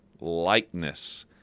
likeness